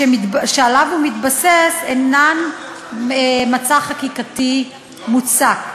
שמתבססות עליו אינן מצע חקיקתי מוצק.